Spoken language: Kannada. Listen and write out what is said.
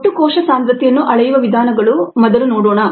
ಒಟ್ಟು ಕೋಶ ಸಾಂದ್ರತೆಯನ್ನು ಅಳೆಯುವ ವಿಧಾನಗಳನ್ನು ಮೊದಲು ನೋಡೋಣ